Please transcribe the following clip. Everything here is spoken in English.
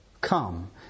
come